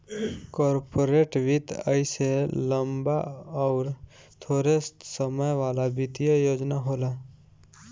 corporate वित्त अइसे लम्बा अउर थोड़े समय वाला वित्तीय योजना होला